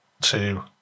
two